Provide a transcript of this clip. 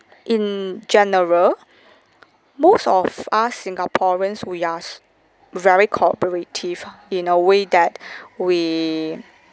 in general most of us singaporeans we are very cooperative in a way that we